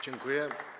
Dziękuję.